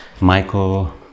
Michael